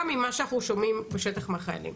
גם ממה שאנחנו שומעים בשטח מהחיילים.